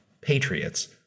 patriots